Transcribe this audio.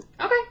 Okay